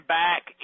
back